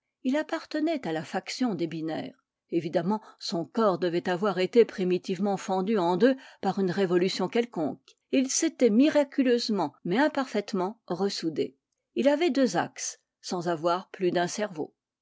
il appartenait à la faction des binaires évidemment son corps devait avoir été primitivement fendu en deux par une révolution quelconque t il s'était miraculeusement mais imparfaitement ressoudé il avait deux axes sans avoir plus d'un cerveau